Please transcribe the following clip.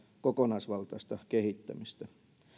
kokonaisvaltaista kehittämistä